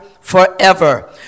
forever